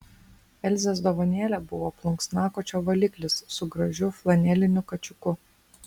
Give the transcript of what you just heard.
elzės dovanėlė buvo plunksnakočio valiklis su gražiu flaneliniu kačiuku